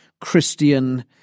Christian